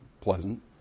pleasant